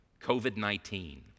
COVID-19